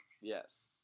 Yes